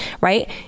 Right